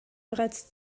bereits